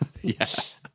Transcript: Yes